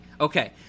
Okay